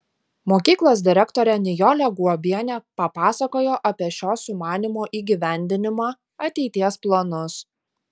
mokyklos direktorė nijolė guobienė papasakojo apie šio sumanymo įgyvendinimą ateities planus